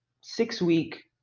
six-week